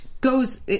goes